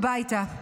הביתה.